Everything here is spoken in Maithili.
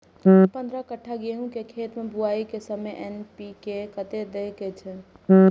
पंद्रह कट्ठा गेहूं के खेत मे बुआई के समय एन.पी.के कतेक दे के छे?